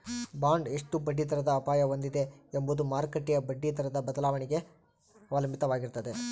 bond ಎಷ್ಟು ಬಡ್ಡಿದರದ ಅಪಾಯ ಹೊಂದಿದೆ ಎಂಬುದು ಮಾರುಕಟ್ಟೆಯ ಬಡ್ಡಿದರದ ಬದಲಾವಣೆಗೆ ಅವಲಂಬಿತವಾಗಿರ್ತದ